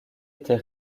était